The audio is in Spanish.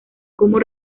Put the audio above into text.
como